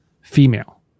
female